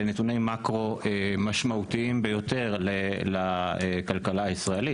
אלה נתוני מקרו משמעותיים ביותר לכלכלה הישראלית.